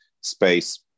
space